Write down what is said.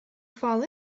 fall